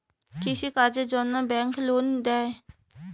কৃষি কাজের জন্যে ব্যাংক লোন দেয়?